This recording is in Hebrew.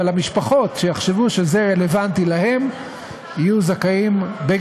אבל המשפחות שיחשבו שזה רלוונטי להן יהיו זכאיות לעיין בו,